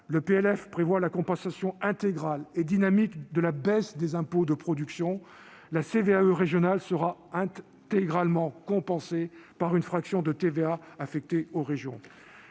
le PLF prévoit la compensation intégrale et dynamique de la baisse des impôts de production. La CVAE régionale sera intégralement compensée par une fraction de TVA affectée aux régions.